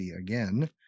again